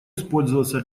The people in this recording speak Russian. использоваться